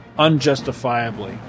unjustifiably